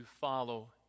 follow